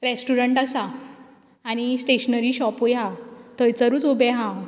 restaurant आसा आनी stationery शॉपूय हा थंयसरूच उबें हा हांव